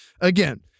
again